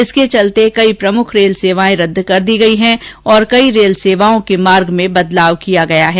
इसके चलते कई प्रमुख रेल सेवाए रद्द कर दी गयी हैं और कई रेल सेवाओं के मार्ग में बदलाव कर दिया गया है